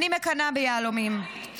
אני מקנאה ביהלומים.